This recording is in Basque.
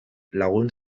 lagun